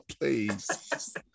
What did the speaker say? please